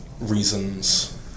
reasons